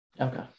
Okay